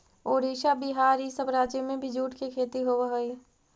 उड़ीसा, बिहार, इ सब राज्य में भी जूट के खेती होवऽ हई